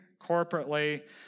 corporately